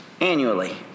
annually